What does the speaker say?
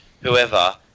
whoever